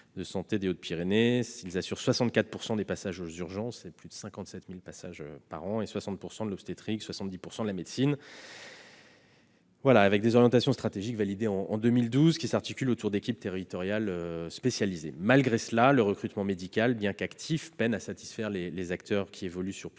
de santé des Hautes-Pyrénées. Ils prennent en charge 64 % des passages aux urgences- plus de 57 000 passages par an -, 60 % de l'obstétrique et 70 % de la médecine. Les orientations stratégiques du projet ont été validées en 2012 ; le projet s'articule autour d'équipes territoriales spécialisées. Malgré cela, le recrutement médical, bien qu'actif, peine à satisfaire les acteurs qui évoluent sur plusieurs